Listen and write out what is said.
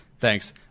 Thanks